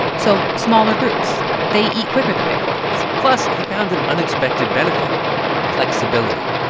so smaller groups they eat quicker than bigger ones plus, he found an unexpected benefit flexibility.